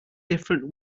different